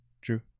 True